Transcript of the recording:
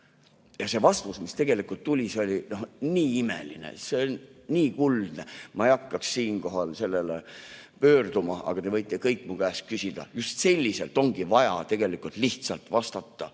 Ja see vastus, mis tuli, see oli nii imeline. See oli nii kuldne. Ma ei hakka siinkohal selle juurde pöörduma, aga te võite kõik mu käest küsida. Just selliselt ongi vaja lihtsalt vastata